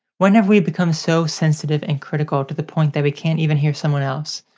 when have we become so sensitive and critical to the point that we can't even hear someone else?